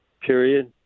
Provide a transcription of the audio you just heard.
period